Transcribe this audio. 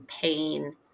pain